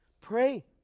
Pray